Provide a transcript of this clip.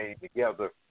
together